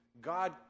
God